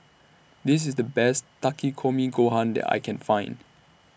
This IS The Best Takikomi Gohan that I Can Find